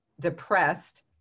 depressed